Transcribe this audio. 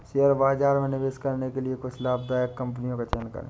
share बाजार में निवेश करने के लिए कुछ लाभदायक कंपनियों का चयन करें